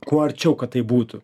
kuo arčiau kad tai būtų